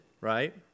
Right